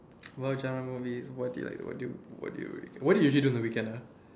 watch movies what do you like what do you what do you usually do on the weekend ah